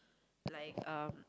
like uh